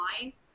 mind